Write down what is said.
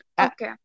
Okay